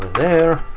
there.